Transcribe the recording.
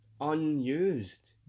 unused